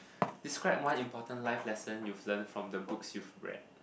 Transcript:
describe one important life lesson you've learnt from the books you've read